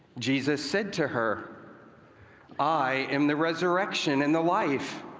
jesus said to her i am the resurrection and the life.